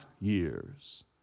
years